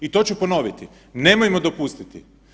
I to ću ponoviti, nemojmo dopustiti.